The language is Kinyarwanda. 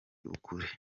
ukuri